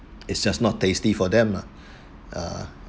it's just not tasty for them lah ah